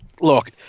look